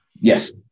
Yes